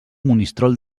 monistrol